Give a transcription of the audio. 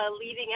leading